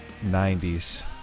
90s